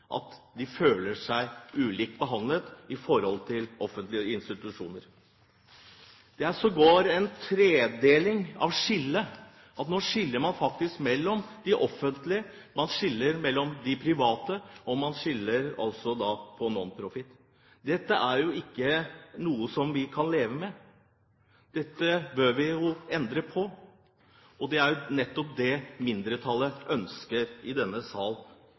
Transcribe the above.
føler seg ulikt behandlet i forhold til offentlige institusjoner. Det er sågar en tredeling av skillet – nå skiller man faktisk mellom offentlige, private og nonprofitinstitusjoner. Dette er ikke noe vi kan leve med. Dette bør vi endre på, og det er nettopp det mindretallet i denne sal